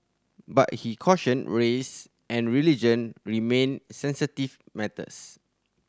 but he cautioned race and religion remained sensitive matters